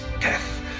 death